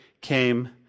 came